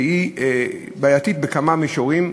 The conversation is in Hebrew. שהיא בעייתית בכמה מישורים.